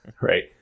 right